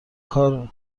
کار